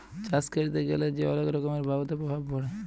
চাষ ক্যরতে গ্যালা যে অলেক রকমের বায়ুতে প্রভাব পরে